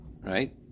right